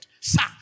sir